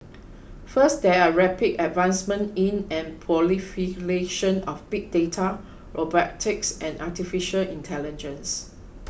first there are rapid advancements in and proliferation of big data robotics and Artificial Intelligence